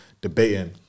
debating